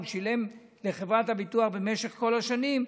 הוא שילם לחברת הביטוח במשך כל השנים,